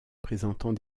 présentant